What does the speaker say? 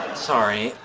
sorry,